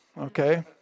okay